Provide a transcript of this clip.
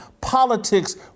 Politics